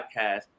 podcast